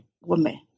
woman